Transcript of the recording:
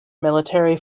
military